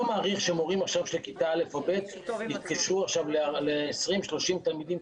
מעריך שמורים עכשיו של כיתה א' או ב' יתקשרו עכשיו ל-30-20 תלמידים,